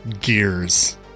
gears